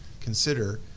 consider